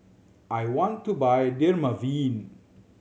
I want to buy Dermaveen